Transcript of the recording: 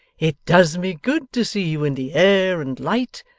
it does me good to see you in the air and light.